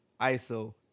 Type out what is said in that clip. Iso